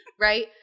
right